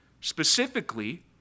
Specifically